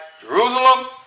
Jerusalem